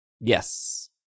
Yes